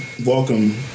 Welcome